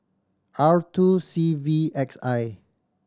R two C V X I